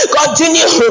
continue